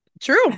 True